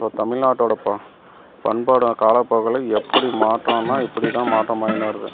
so தமிழ் நாட்டோடய பண்பாடும் காலப்போக்கில் எப்படி மாற்றம்னால் இப்படி தான் மாற்றமாகின்னு வருது